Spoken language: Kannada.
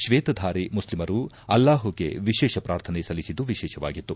ಶ್ವೇತಧಾರಿ ಮುಷ್ಲಿಮರು ಅಲ್ಲಾಹುಗೆ ವಿಶೇಷ ಪ್ರಾರ್ಥನೆ ಸಲ್ಲಿಸಿದ್ದು ವಿಶೇಷವಾಗಿತ್ತು